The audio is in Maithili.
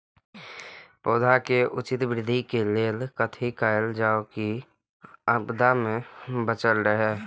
पौधा के उचित वृद्धि के लेल कथि कायल जाओ की आपदा में बचल रहे?